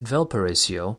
valparaiso